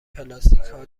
پلاستیکها